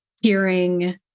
hearing